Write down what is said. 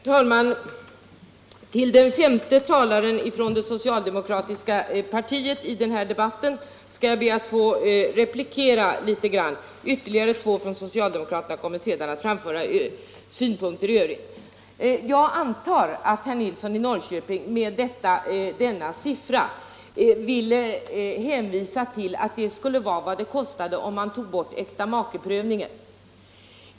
Nr 84 Herr talman! Till den femte talaren från det socialdemokratiska partiet Tisdagen den i den här debatten skall jag be att få ge en liten replik. Ytterligare två 20 maj 1975 socialdemokrater kommer senare att framföra synpunkter. Jag antar att herr Nilsson i Norrköping med den siffra han nämnde Vuxenutbildningen, ville säga att detta skulle vara vad det kostar om man tar bort äktam.m. makeprövningen.